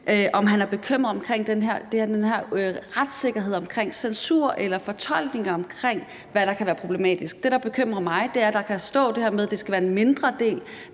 han er bekymret i forhold til den her retssikkerhed og censur eller fortolkninger af, hvad der kan være problematisk. Det, der bekymrer mig, er, at der står det her med, at det skal være en mindre del,